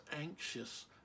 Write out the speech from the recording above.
anxious